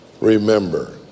remember